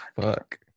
fuck